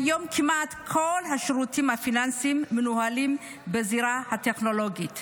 כיום כמעט כל השירותים הפיננסיים מנוהלים בזירה הטכנולוגית,